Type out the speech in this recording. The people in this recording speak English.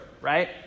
right